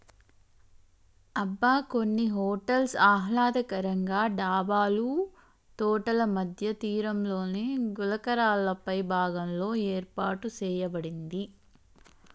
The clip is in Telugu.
అబ్బ కొన్ని హోటల్స్ ఆహ్లాదకరంగా డాబాలు తోటల మధ్య తీరంలోని గులకరాళ్ళపై భాగంలో ఏర్పాటు సేయబడింది